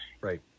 Right